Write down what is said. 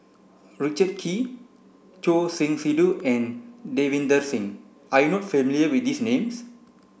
Richard Kee Choor Singh Sidhu and Davinder Singh are you not familiar with these names